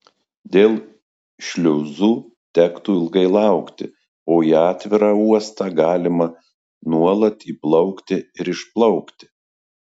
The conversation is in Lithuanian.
dėl šliuzų tektų ilgai laukti o į atvirą uostą galima nuolat įplaukti ir išplaukti